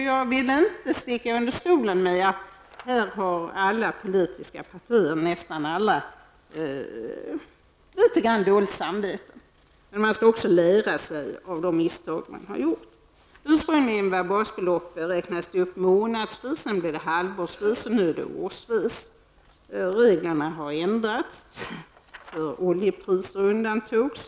Jag vill inte sticka under stol med att nästan alla politiska partiers företrädare har litet grand dåligt samvete. Man skall också kunna lära sig av de misstag som man har gjort. Ursprungligen räknades basbeloppet ut månadsvis, sedan halvårsvis och nu årsvis. Reglerna har ändrats. Oljepriserna undantogs.